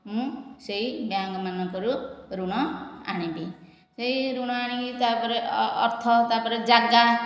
ମୁଁ ସେହି ବ୍ୟାଙ୍କମାନଙ୍କରୁ ଋଣ ଆଣିବି ସେହି ଋଣ ଆଣିକି ତା'ପରେ ଅର୍ଥ ତା'ପରେ ଯାଗା